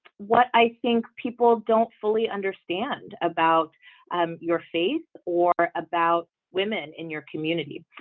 what i think people don't fully understand about um your faith or about women in your community?